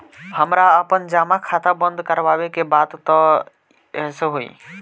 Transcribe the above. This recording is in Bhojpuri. हमरा आपन जमा खाता बंद करवावे के बा त कैसे होई?